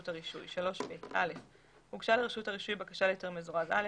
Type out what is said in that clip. הרישוי הוגשה לרשות הרישוי בקשה להיתר מזורז א',